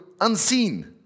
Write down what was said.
unseen